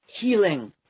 Healing